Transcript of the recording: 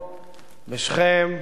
בשכם,